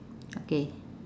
okay